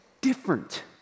different